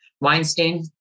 Weinstein